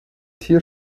tier